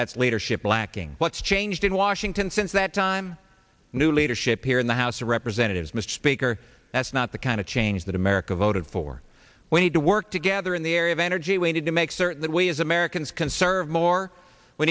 that's leadership lacking what's changed in washington since that time new leadership here in the house of representatives mr speaker that's not the kind of change that america voted for we need to work together in the area of energy we need to make certain that we as americans conserve more we